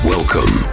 Welcome